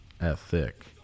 ethic